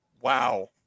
Wow